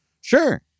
Sure